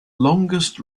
longest